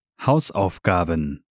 Hausaufgaben